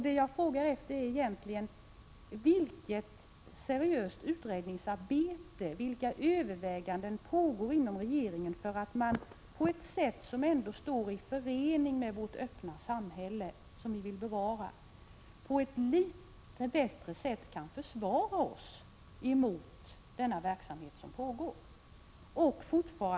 Det jag frågar efter är egentligen följande: Vilket seriöst utredningsarbete och vilka överväganden pågår inom regeringen för att vi på ett sätt som är förenligt med vårt öppna samhälle, som vi vill bevara, skall kunna försvara oss mot denna verksamhet på ett bättre sätt än vi kan göra i dag?